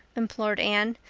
implored anne.